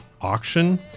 Auction